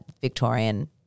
Victorian